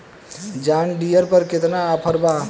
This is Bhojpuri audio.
जॉन डियर पर केतना ऑफर बा?